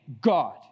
God